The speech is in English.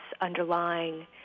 underlying